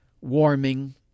warming